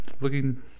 looking